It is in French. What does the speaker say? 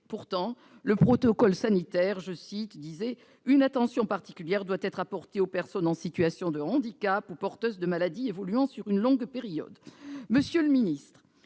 Pour autant, le protocole sanitaire souligne qu'une attention particulière doit être apportée aux personnes en situation de handicap ou porteuses de maladies évoluant sur une longue période.